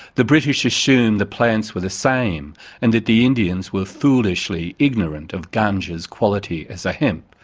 the british assumed the plants were the same and that the indians were foolishly ignorant of ganga's quality as a hemp.